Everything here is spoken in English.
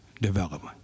development